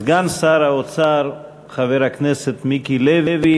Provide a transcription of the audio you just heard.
סגן שר האוצר חבר הכנסת מיקי לוי